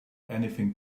anything